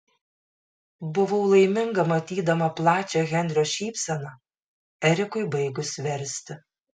buvau laiminga matydama plačią henrio šypseną erikui baigus versti